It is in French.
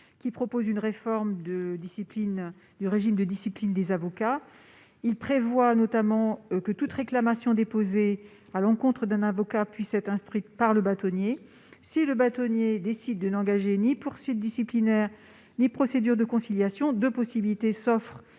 28 propose une réforme du régime de discipline des avocats. Il prévoit notamment que toute réclamation déposée à l'encontre d'un avocat puisse être instruite par le bâtonnier. Si celui-ci décide de n'engager ni poursuite disciplinaire ni procédure de conciliation, l'auteur